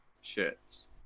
shirts